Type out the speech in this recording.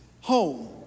home